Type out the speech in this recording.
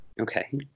okay